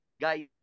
guys